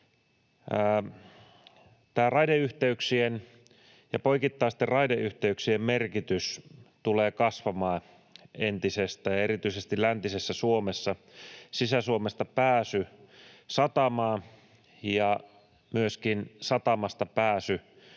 Tämä raideyhteyksien ja poikittaisten raideyhteyksien merkitys tulee kasvamaan entisestään, ja erityisesti läntisessä Suomessa pääsy Sisä-Suomesta satamaan ja myöskin satamasta pääsy